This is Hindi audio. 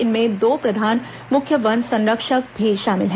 इनमें दो प्रधान मुख्य वन संरक्षक भी शामिल हैं